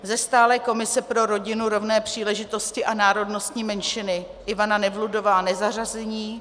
Ze stálé komise pro rodinu, rovné příležitosti a národnostní menšiny Ivana Nevludová nezařazení.